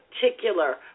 particular